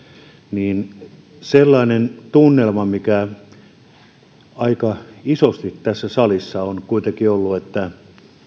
niin sellainen tunnelma aika isosti tässä salissa on kuitenkin ollut että